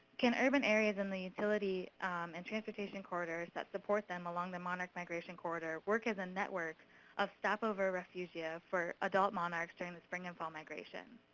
can urban areas in the utility and transportation corridors, that support them along the monarch's migration corridor, work as a network of stopover refuges yeah for adult monarchs during the spring and fall migration?